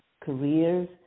careers